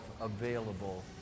available